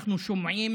אנחנו שומעים